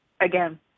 again